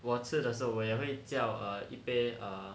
我吃的时候我也会叫 err 一杯 err